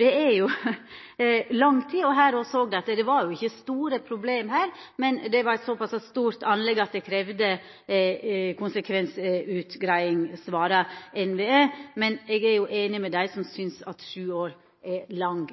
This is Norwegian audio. Det er lang tid. Her òg såg dei at det ikkje var store problem, men det var eit såpass stort anlegg at det kravde konsekvensutgreiing, svara NVE: Eg er einig med dei som synest at sju år er lang